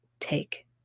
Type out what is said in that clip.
take